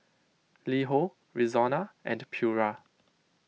Li Ho Rexona and Pura